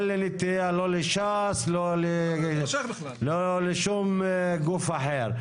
אין לי נטייה לא לש"ס ולא לשום גוף אחר.